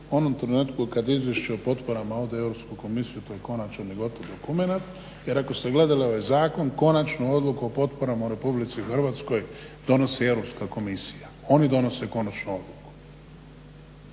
onom trenutku kad Izvješće o potporama ode u Europsku komisiju to je konačni, on je gotov dokumenat. Jer ako ste gledali ovaj zakon konačnu odluku o potporama u RH donosi Europska komisija, oni donose konačnu odluku.